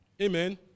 Amen